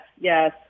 yes